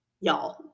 Y'all